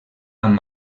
amb